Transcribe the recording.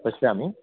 पश्यामि